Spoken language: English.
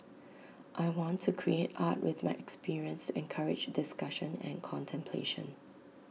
I want to create art with my experience encourage discussion and contemplation